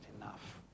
enough